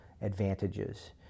advantages